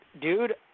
dude